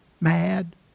mad